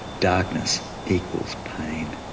darkness equals pain.